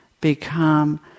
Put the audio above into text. become